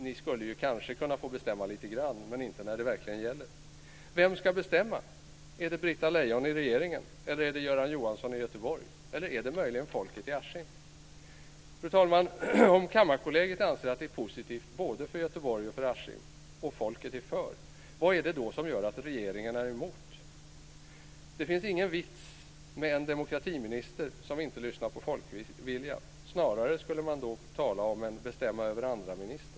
Ni skulle kanske kunna få bestämma lite grann men inte när det verkligen gäller. Vem ska bestämma - Britta Lejon i regeringen eller Göran Johansson i Göteborg, eller möjligen folket i Askim? Fru talman! Om Kammarkollegiet anser att det är positivt både för Göteborg och för Askim och om folket är för, vad är det då som gör att regeringen är emot? Det är ingen vits med en demokratiminister som inte lyssnar på folkviljan. Snarare skulle man då tala om en bestämma-över-andra-minister.